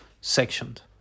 sectioned